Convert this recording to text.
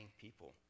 people